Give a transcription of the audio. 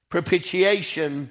Propitiation